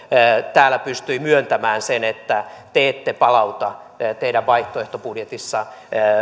täällä pystyi myöntämään sen että te ette palauta teidän vaihtoehtobudjetissanne